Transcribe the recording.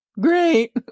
great